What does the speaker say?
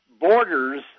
borders